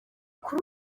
kuri